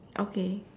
okay